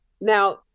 Now